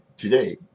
Today